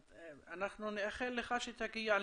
אנחנו נאחל לך שתגיע לניצב.